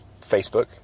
Facebook